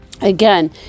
again